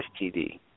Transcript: STD